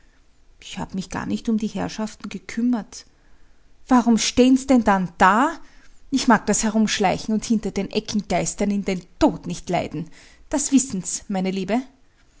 ich hab mich gar nicht um die herrschaften gekümmert warum stehen's denn dann da ich mag das herumschleichen und hinter den ecken geistern in den tod nicht leiden das wissen's meine liebe